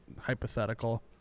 hypothetical